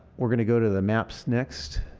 we're going to go to the maps next.